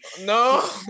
no